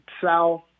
South